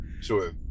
Sure